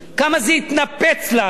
כמה זה התנפץ לנו?